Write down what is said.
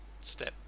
step